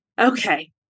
okay